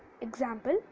Example